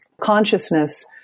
consciousness